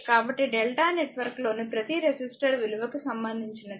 కాబట్టి డెల్టా నెట్వర్క్లోని ప్రతి రెసిస్టర్ విలువ కి సంబంధించినది